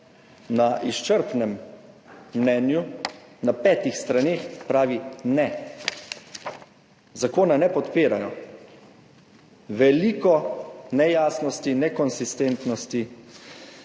na izčrpnem mnenju na petih straneh pravi ne. Zakona ne podpirajo. Veliko nejasnosti, nekonsistentnosti